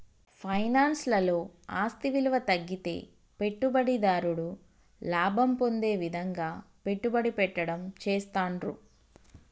finance లలో ఆస్తి విలువ తగ్గితే పెట్టుబడిదారుడు లాభం పొందే విధంగా పెట్టుబడి పెట్టడం చేస్తాండ్రు